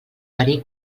verí